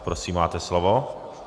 Prosím, máte slovo.